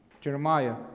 Jeremiah